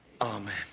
Amen